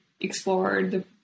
explored